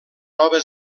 nova